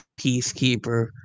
Peacekeeper